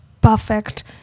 perfect